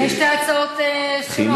יש שתי הצבעות שונות.